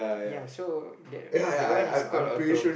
ya so that that one is called auto